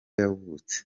yavutse